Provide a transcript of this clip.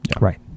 Right